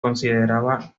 consideraba